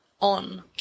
on